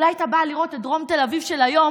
אולי היא הייתה באה לראות את דרום תל אביב של היום,